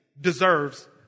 deserves